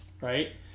right